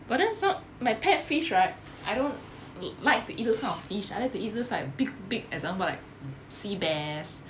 but ends some my pet fish right I don't like to eat those kind of fish I like to eat those kind like big big example like sea bass